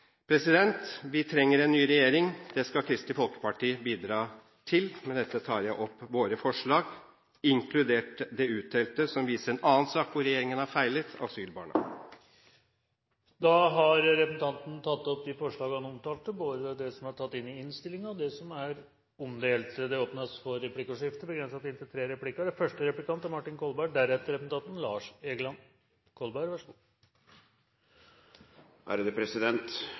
Vi trenger en ny regjering. Det skal Kristelig Folkeparti bidra til. Med dette tar jeg opp våre forslag, inkludert det utdelte, som viser en annen sak der regjeringen har feilet: asylbarn. Representanten Hans Olav Syversen har tatt opp de forslagene han refererte til, både de som er tatt inn i innstillingen, og det som er omdelt på representantenes plasser i salen. Det blir replikkordskifte. Hver gang jeg hører representanten Syversen og